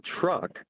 truck